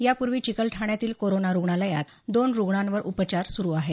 यापूर्वी चिकलठाण्यातील कोरोना रुग्णालयात दोन रुग्णांवर उपचार सुरू आहेत